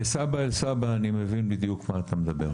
כסבא אל סבא אני מבין בדיוק מה אתה מדבר.